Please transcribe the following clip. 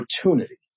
opportunity